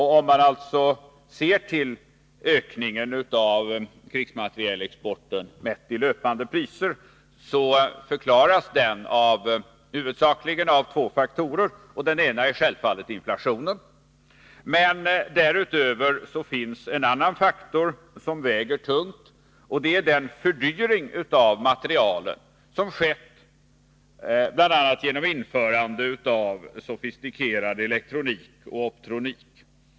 Denna ökning av krigsmaterielexporten, mätt i löpande priser, förklaras huvudsakligen av två faktorer. Den ena är självfallet inflationen. En annan faktor som väger tungt är den fördyring av materielen som skett genom bl.a. införande av sofistikerad elektronik och optronik.